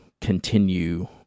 continue